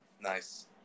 Nice